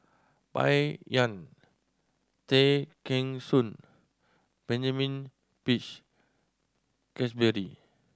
Bai Yan Tay Kheng Soon Benjamin Peach Keasberry